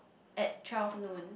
at twelve noon